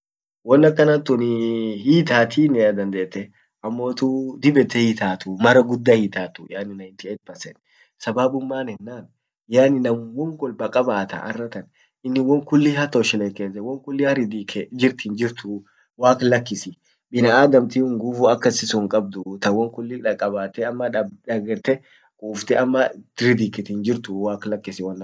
naman yaa atin kun akama hariyya kiyya kalessinen hashere yaani sappa minkenke kasit wollin nyannaa sagale halkani anna yette ammotuu ralle fudedi arratan annen diko ak hamtu uf dagaa diko arratan hinkanneda dande wokti sun dandee barre sun hindufu dub ralle fudedi arratan annuma sameta dande arratan wollin hinjiranuu ammo guya dibbi ralle fudedi wokati dibbi wollin jirra wou hiisheini annum waami biddi midasi